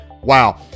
Wow